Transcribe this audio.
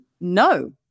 no